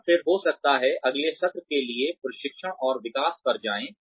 और फिर हो सकता है अगले सत्र के लिए प्रशिक्षण और विकास पर जाएं